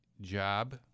job –